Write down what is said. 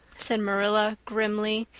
said marilla grimly,